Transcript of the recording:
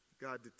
God